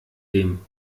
dem